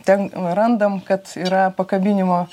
ten randam kad yra pakabinimo